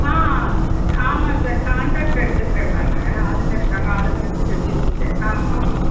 ஆ ஆமாம் sir contract எடுத்துக்கிறேன் நான் ஆளுங்க இருக்காங்க ஆளுங்க வச்சி செஞ்சிட்டுருக்கேன் ஆ ஆமாம்மா